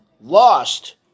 lost